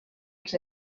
els